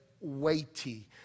weighty